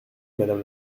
madame